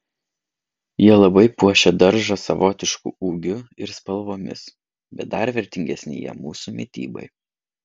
jie labai puošia daržą savotišku ūgiu ir spalvomis bet dar vertingesni jie mūsų mitybai